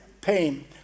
pain